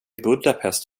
budapest